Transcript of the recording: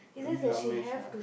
only Ramesh ah